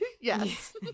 Yes